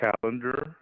calendar